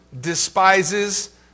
despises